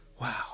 wow